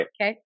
Okay